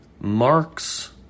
Mark's